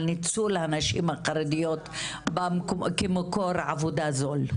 על ניצול נשים חרדיות כמקור עבודה זול.